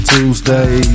Tuesday